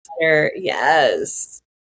Yes